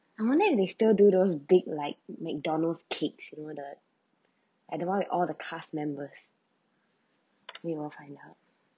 I wonder if they still do those big like McDonald's cakes you know the I don't want with all the cast members we will find out